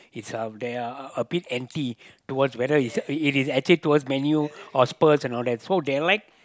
is uh there are a a bit anti towards whether is it is actually towards Man-U or Spurs and or all that so they like